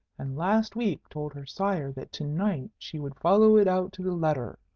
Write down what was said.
and last week told her sire that to-night she would follow it out to the letter,